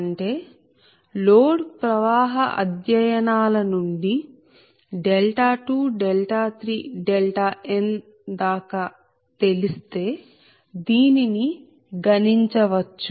అంటే లోడ్ ప్రవాహ అధ్యయనాల నుండి 2 3n తెలిస్తే దీనిని గణించవచ్చు